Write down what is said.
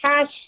cash